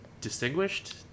distinguished